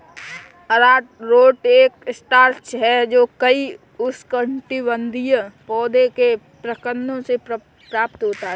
अरारोट एक स्टार्च है जो कई उष्णकटिबंधीय पौधों के प्रकंदों से प्राप्त होता है